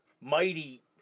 Mighty